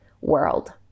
world